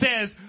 says